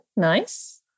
Nice